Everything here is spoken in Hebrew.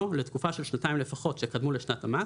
לתקופה של שנתיים לפחות שקדמו לשנת המס,